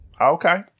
Okay